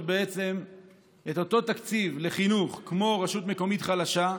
את אותו תקציב לחינוך כמו רשות מקומית חלשה,